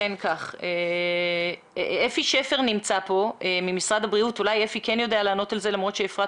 נמצא כאן אפי שפר ממשרד הבריאות ואולי הוא כן יודע לענות על כך.